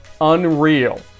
Unreal